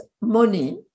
money